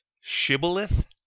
Shibboleth